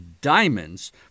diamonds